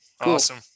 awesome